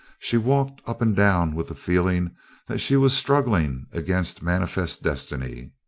she walked up and down with the feeling that she was struggling against manifest destiny.